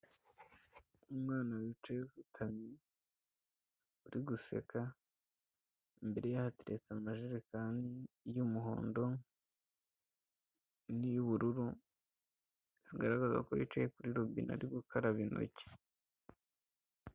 Umwana wicaye asutamye, uri guseka, imbere ye hateretse amajerekani y'umuhondo, indi y'ubururu, bigaragaza ko yicaye kuri rubine, ari gukaraba intoki.